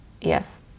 yes